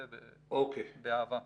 באהבה.